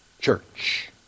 church